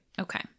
Okay